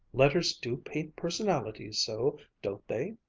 letters do paint personalities so, don't they?